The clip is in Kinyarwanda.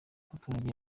abaturage